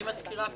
אני מזכירה פה,